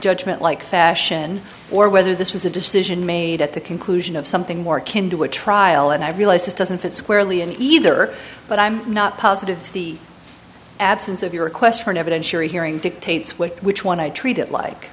judgment like fashion or whether this was a decision made at the conclusion of something more akin to a trial and i realize it doesn't fit squarely in either but i'm not positive the absence of your request for an evidentiary hearing dictates what which one i treat it like